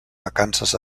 vacances